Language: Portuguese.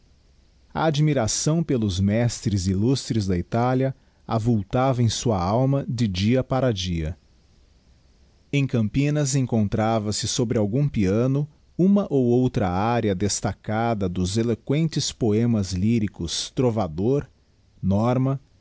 admiração pelos mestres illustres da itália avultava em sua alma de dia para dia em campinas encontrava se sobre algum piano uma ou outra ária destacada dos eloquentes poemas lyricos trovador norma